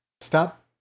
Stop